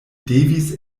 devis